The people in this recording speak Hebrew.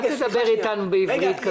אל תדבר איתנו בעברית כזאת יפה.